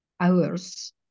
hours